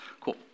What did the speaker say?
Cool